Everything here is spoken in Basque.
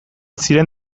ziren